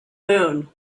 moon